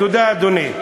תודה, אדוני.